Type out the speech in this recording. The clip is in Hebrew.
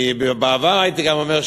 בעבר הייתי גם אומר,